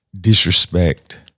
disrespect